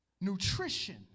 Nutrition